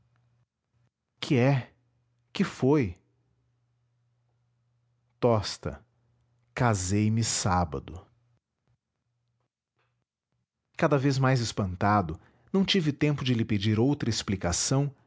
que é que foi tosta casei me sábado cada vez mais espantado não tive tempo de lhe pedir outra explicação